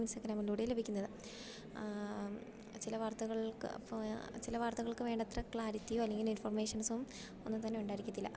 ഇൻസ്റ്റഗ്രാമിലൂടെയും ലഭിക്കുന്നത് ചില വാർത്തകൾക്ക് ചില വാർത്തകൾക്ക് വേണ്ടത്ര ക്ലാരിറ്റിയോ അല്ലെങ്കിൽ ഇൻഫൊർമേഷൻസും ഒന്നും തന്നെ ഉണ്ടായിരിക്കത്തില്ല